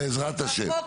אני יודע, בעזרת השם.